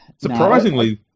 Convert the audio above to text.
Surprisingly